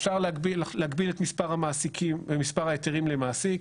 אפשר להגביל את מספר המעסיקים ומספר ההיתרים למעסיק.